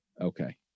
Okay